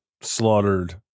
slaughtered